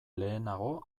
lehenago